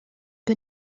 que